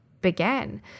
began